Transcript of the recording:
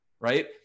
Right